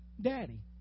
Daddy